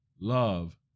Love